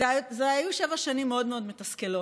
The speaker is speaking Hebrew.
אלה היו שבע שנים מאוד מאוד מתסכלות.